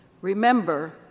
Remember